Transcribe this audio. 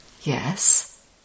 Yes